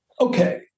Okay